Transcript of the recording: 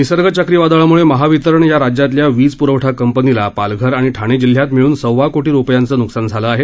निसर्ग चक्रीवादळामुळे महावितरण या राज्यातल्या वीज प्रवठा कंपनीला पालघर आणि ठाणे जिल्ह्यात मिळन सव्वा कोटी रुपयांचं नुकसान झालं आहे